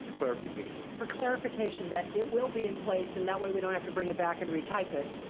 clarification. for clarification, that it will be in place and that way we don't have to bring it back and retype it.